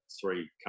three